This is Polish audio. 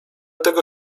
tego